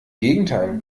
gegenteil